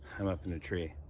i'm up in a tree.